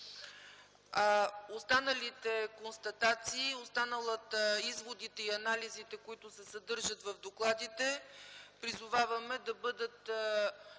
Останалите констатации, изводи и анализи, които се съдържат в докладите, призоваваме да бъдат